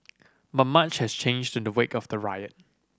but much has changed in the wake of the riot